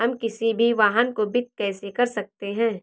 हम किसी भी वाहन को वित्त कैसे कर सकते हैं?